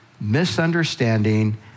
misunderstanding